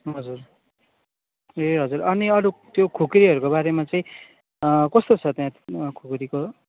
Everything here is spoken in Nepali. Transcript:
हजुर ए हजुर अनि अरू त्यो खुकुरीहरूको बारेमा चाहिँ कस्तो छ त्यहाँ खुकुरीको